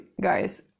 guys